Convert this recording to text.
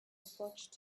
approached